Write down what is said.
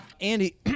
Andy